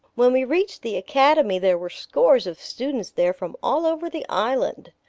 when we reached the academy there were scores of students there from all over the island.